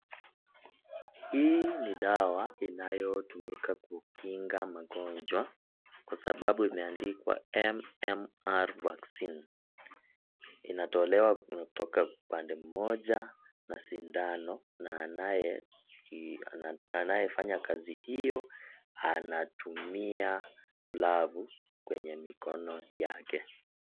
Hii ni dawa, inayotumika kukinga magonjwa, kwa sababu imeandikwa MMR Vaccine. Inatolewa kutoka upande mmoja na sindano na anayeki, anayefanya kazi hiyo, anatumia glavu, kwenye mikono yake.